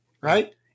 Right